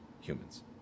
humans